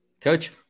Coach